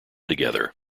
together